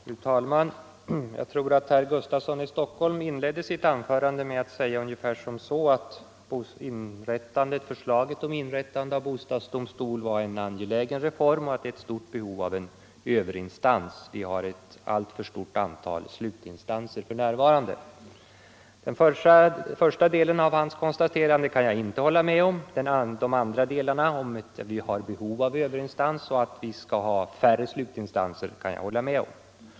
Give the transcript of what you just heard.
Fru talman! Jag tror att herr Gustafsson i Stockholm inledde sitt anförande med att säga ungefär som så att förslaget om inrättande av bostadsdomstol var en angelägen reform och att det föreligger ett stort behov av en överinstans; vi har ett alltför stort antal slutinstanser för närvarande. Den första delen av hans konstaterande kan jag inte hålla med om. De andra delarna, att vi har behov av en överinstans och att vi skall ha färre slutinstanser, kan jag hålla med om.